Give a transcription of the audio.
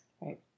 Right